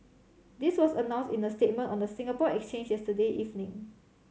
this was announced in a statement on the Singapore Exchanges today evening